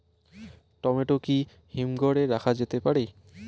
Tomato কি হিমঘর এ রাখা যেতে পারে?